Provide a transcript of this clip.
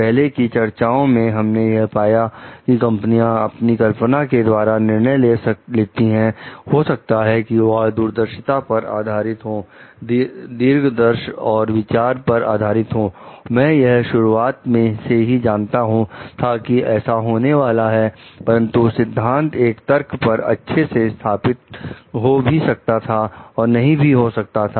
पहले की चर्चाओं में हमने यह पाया कि कंपनियां अपनी कल्पना के द्वारा निर्णय ले लेती थी हो सकता है कि वह दूरदर्शिता पर आधारित होदीर्घदर्श और विचारों पर आधारित को मैं यह शुरुआत से ही जानता था की ऐसा होने जा रहा है परंतु सिद्धांत एक तर्क पर अच्छे से स्थापित हो भी सकता था और नहीं भी हो सकता था